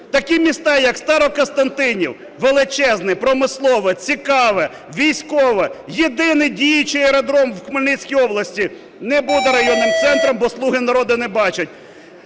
Такі міста, як Старокостянтинів, величезне, промислове, цікаве, військове, єдиний діючий аеродром в Хмельницькій області, не буде районним центром, бо "слуги народу" не бачать.